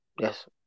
Yes